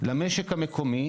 למשק המקומי,